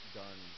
done